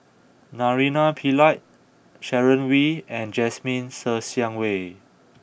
Naraina Pillai Sharon Wee and Jasmine Ser Xiang Wei